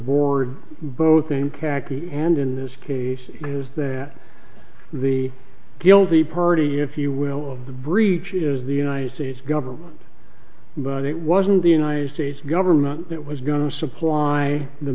board both in khaki and in this case is that the guilty party if you will of the breach is the united states government but it wasn't the united states government that was going to supply the